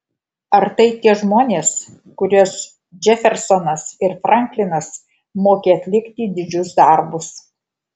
ar tai tie žmonės kuriuos džefersonas ir franklinas mokė atlikti didžius darbus